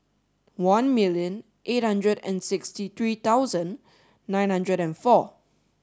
one million eight hundred and sixty three thousand nine hundred and four